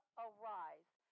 arise